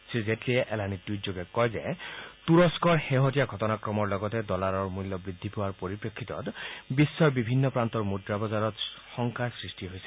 শ্ৰী জেটলীয়ে এলানি টুইটযোগে কয় যে তূৰস্কৰ শেহতীয়া ঘটনাক্ৰমৰ লগতে ডলাৰৰ মূল্য বৃদ্ধি পোৱাৰ পণিৰপ্ৰেক্ষিতত বিধৰ বিভিন্ন প্ৰান্তৰ মুদ্ৰা বজাৰত শংকাৰ সৃষ্টি হৈছে